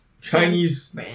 Chinese